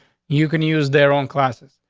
you can use their own classes.